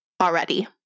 already